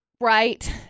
Right